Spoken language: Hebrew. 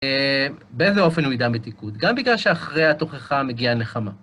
באיזה אופן הוא ידע מתיקות? גם בגלל שאחרי התוכחה מגיעה נחמה.